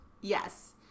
Yes